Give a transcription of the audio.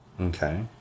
Okay